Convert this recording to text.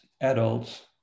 adults